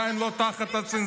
זה עדיין לא תחת צנזורה.